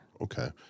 Okay